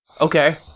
Okay